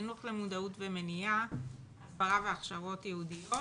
חינוך למודעות ומניעה, הסברה והכשרות ייעודיות